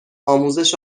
آموزش